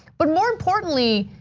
but more importantly,